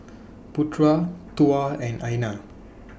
Putra Tuah and Aina